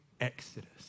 exodus